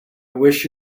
wish